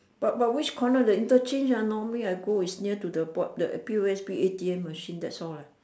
but but which corner of the interchange ah normally I go is near to the board the P_O_S_B A_T_M machine that's all eh